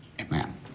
Amen